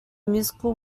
musical